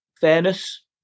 fairness